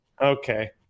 Okay